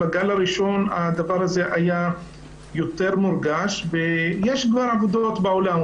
בגל הראשון הדבר הזה היה יותר מורגש ויש כבר אגודות בעולם,